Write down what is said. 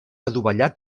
adovellat